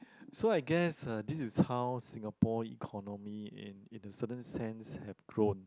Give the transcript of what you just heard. so I guess uh this is how Singapore economy in in a certain sense have grown